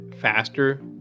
faster